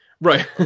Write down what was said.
right